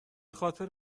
خاطر